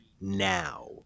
now